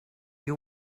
you